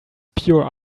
pure